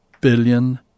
billion